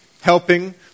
helping